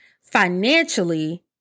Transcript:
financially